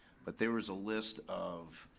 but there was a list of,